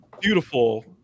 beautiful